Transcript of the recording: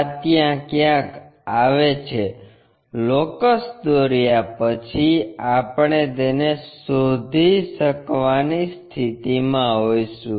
આ ત્યાં ક્યાંક આવે છે લોકસ દોર્યા પછી આપણે તેને શોધી શકવાની સ્થિતિમાં હોઈશું